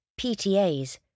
PTAs